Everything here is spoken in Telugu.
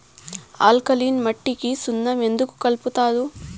ఆల్కలీన్ మట్టికి సున్నం ఎందుకు కలుపుతారు